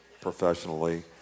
professionally